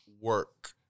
work